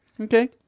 Okay